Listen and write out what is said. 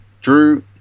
drew